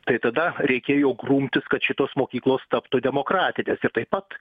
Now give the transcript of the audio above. tai tada reikėjo grumtis kad šitos mokyklos taptų demokratinės ir taip pat